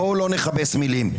בואו לא נכבס מילים.